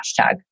hashtag